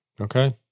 Okay